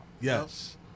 Yes